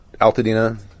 Altadena